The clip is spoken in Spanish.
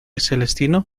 celestino